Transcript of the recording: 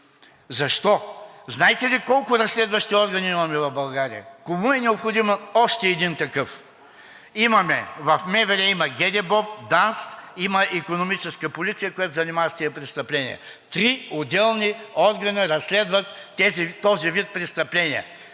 Защо? Знаете ли колко разследващи органи имаме в България? Кому е необходим още един такъв? В МВР има ГДБОП, ДАНС, има и Икономическа полиция, която се занимава с тези престъпления. Три отделни органа разследват този вид престъпления.